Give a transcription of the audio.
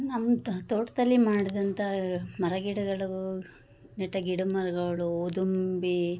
ನಮ್ಮ ತೋಟದಲ್ಲಿ ಮಾಡ್ದಂಥ ಮರಗಿಡಗಳು ನೆಟ್ಟ ಗಿಡಮರಗಳು ದುಂಬಿ